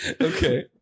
okay